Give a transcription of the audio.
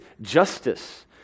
justice